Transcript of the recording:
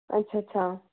अच्छ अच्छा